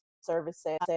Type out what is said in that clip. services